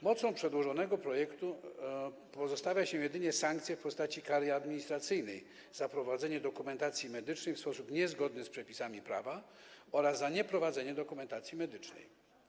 Mocą przedłożonego projektu pozostawia się jedynie sankcję w postaci kary administracyjnej za prowadzenie dokumentacji medycznej w sposób niezgodny z przepisami prawa oraz za nieprowadzenie dokumentacji medycznej.